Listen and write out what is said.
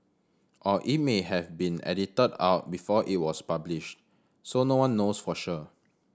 or it may have been edited out before it was published so no one knows for sure